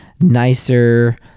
nicer